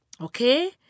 Okay